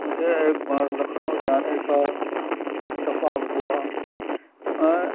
مجھے ایک بار لکھنؤ جانے کا اتفاق ہوا میں